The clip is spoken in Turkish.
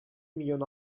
milyon